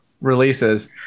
releases